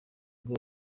ngo